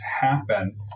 happen